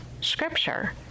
scripture